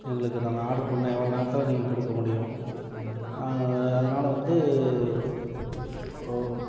எங்களுக்கு நான் ஆர்டர் பண்ணால் எவ்வளவு நேரத்தில் நீங்கள் கொடுக்க முடியும் அதனால வந்து